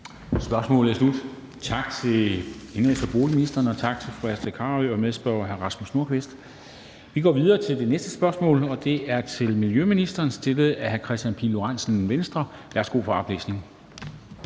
Spørgsmålet er slut. Tak til indenrigs- og boligministeren, og tak til fru Astrid Carøe og medspørgeren, hr. Rasmus Nordqvist. Vi går videre til det næste spørgsmål, og det er til miljøministeren stillet af hr. Kristian Pihl Lorentzen, Venstre. Kl. 14:22 Spm. nr.